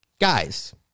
Guys